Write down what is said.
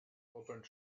opened